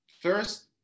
first